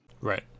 right